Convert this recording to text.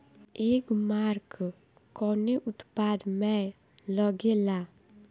एगमार्क कवने उत्पाद मैं लगेला?